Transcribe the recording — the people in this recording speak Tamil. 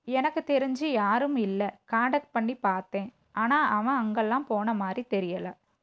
எனக்கு தெரிஞ்சு யாரும் இல்லை காண்டாக்ட் பண்ணி பார்த்தேன் ஆனால் அவன் அங்கேல்லாம் போன மாதிரி தெரியலை